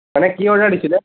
মানে কি অৰ্ডাৰ দিছিলে